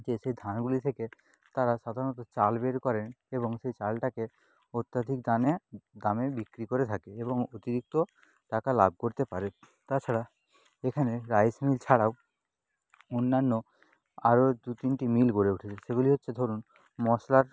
যে সেই ধানগুলি থেকে তারা সাধারণত চাল বের করেন এবং সেই চালটাকে অত্যধিক দামে দামে বিক্রি করে থাকে এবং অতিরিক্ত টাকা লাভ করতে পারে তাছাড়া এখানে রাইস মিল ছাড়াও অন্যান্য আরও দু তিনটি মিল গড়ে উঠেছে সেগুলি হচ্ছে ধরুন মশলার